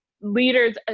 leaders